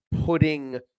putting